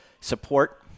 support